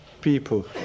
people